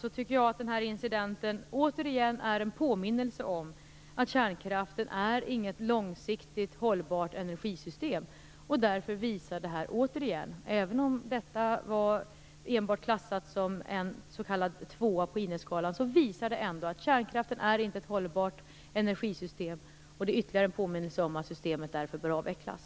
Jag tycker att den här incidenten är en påminnelse om att kärnkraften inte är något långsiktigt hållbart energisystem. Även om denna händelse enbart klassas som en tvåa på INES-skalan visar detta återigen att kärnkraften inte är ett hållbart energisystem. Det är ytterligare en påminnelse om att systemet därför bör avvecklas.